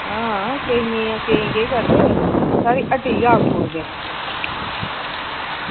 हां केइयें गी केईं केह् करदे साढ़ी हट्टी गै आक्खी ओड़दे